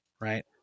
Right